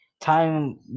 Time